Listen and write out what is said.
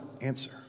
answer